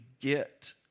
get